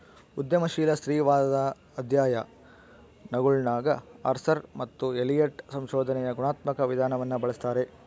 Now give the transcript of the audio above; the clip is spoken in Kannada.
ಉದ್ಯಮಶೀಲ ಸ್ತ್ರೀವಾದದ ಅಧ್ಯಯನಗುಳಗಆರ್ಸರ್ ಮತ್ತು ಎಲಿಯಟ್ ಸಂಶೋಧನೆಯ ಗುಣಾತ್ಮಕ ವಿಧಾನವನ್ನು ಬಳಸ್ತಾರೆ